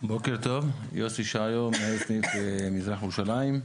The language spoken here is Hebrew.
בוקר טוב, יוסי שעיו, מנהל סניף מזרח ירושלים.